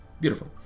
Beautiful